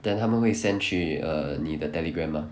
then 他们会 send 去 err 你的 Telegram ah